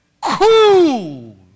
cool